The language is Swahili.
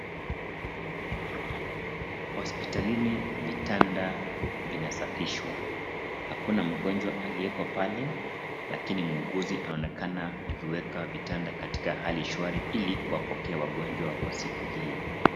Hospitalini vitanda vinasafishwa. Hakuna mgonjwa alieko pale lakini muuguzi anaonekana kuviweka vitanda katika hali shwari, ili kuwapokea wagonjwa wa siku hii.